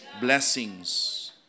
blessings